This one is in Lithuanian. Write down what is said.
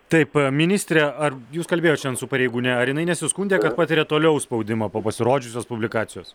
taip ministre ar jūs kalbėjot šiandien su pareigūne ar jinai nesiskundė kad patiria toliau spaudimą po pasirodžiusios publikacijos